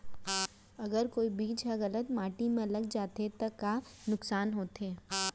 अगर कोई बीज ह गलत माटी म लग जाथे त का नुकसान होथे?